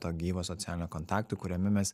to gyvo socialinio kontakto kuriame mes